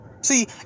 See